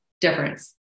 difference